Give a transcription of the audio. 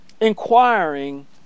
inquiring